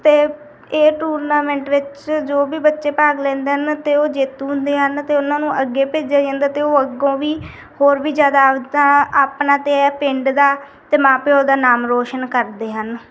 ਅਤੇ ਇਹ ਟੂਰਨਾਮੈਂਟ ਵਿੱਚ ਜੋ ਵੀ ਬੱਚੇ ਭਾਗ ਲੈਂਦੇ ਹਨ ਅਤੇ ਉਹ ਜੇਤੂ ਹੁੰਦੇ ਹਨ ਅਤੇ ਉਹਨਾਂ ਨੂੰ ਅੱਗੇ ਭੇਜਿਆ ਜਾਂਦਾ ਅਤੇ ਉਹ ਅੱਗੋਂ ਵੀ ਹੋਰ ਵੀ ਜ਼ਿਆਦਾ ਆਪਦਾ ਆਪਣਾ ਅਤੇ ਇਹ ਪਿੰਡ ਦਾ ਅਤੇ ਮਾਂ ਪਿਓ ਦਾ ਨਾਮ ਰੌਸ਼ਨ ਕਰਦੇ ਹਨ